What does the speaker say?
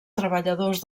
treballadors